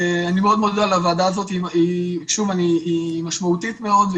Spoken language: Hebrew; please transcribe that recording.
אני מודה לוועדה הזאת, היא משמעותית מאוד.